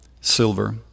silver